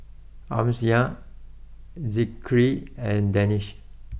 Amsyar Zikri and Danish